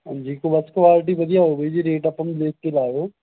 ਹਾਂਜੀ ਕੁ ਬਸ ਕੁਵਾਲਟੀ ਵਧੀਆ ਹੋਵੇ ਜੀ ਰੇਟ ਆਪਾਂ ਨੂੰ ਦੇਖ ਕੇ ਲਾਇਓ